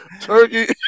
turkey